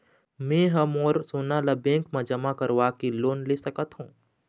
मैं हर मोर सोना ला बैंक म जमा करवाके लोन ले सकत हो?